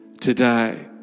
today